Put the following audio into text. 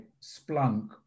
Splunk